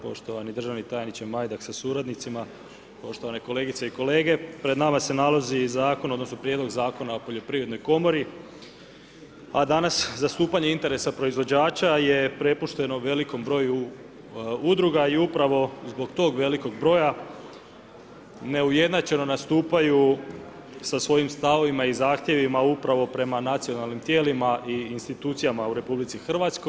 Poštovani državni tajniče Majdak sa suradnicima, poštovane kolegice i kolege, pred nama se nalazi Zakon, odnosno Prijedlog zakona o poljoprivrednoj komori, a danas zastupanje interesa proizvođača je prepušteno velikom broju udruga i upravo zbog tog velikog broja neujednačeno nastupaju sa svojim stavovima i zahtjevima upravo prema nacionalnim tijelima i institucijama u RH.